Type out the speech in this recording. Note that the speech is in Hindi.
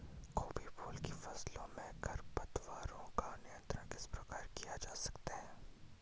गोभी फूल की फसलों में खरपतवारों का नियंत्रण किस प्रकार किया जा सकता है?